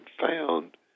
found